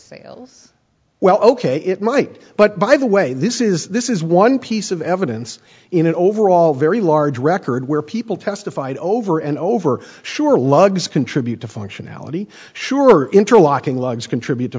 sales well ok it might but by the way this is this is one piece of evidence in an overall very large record where people testified over and over sure lugs contribute to functionality sure interlocking logs contribute to